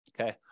Okay